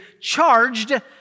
charged